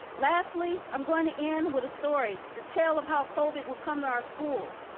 lastly, i'm gonna end with a story, the tell of how covid will come to our schools.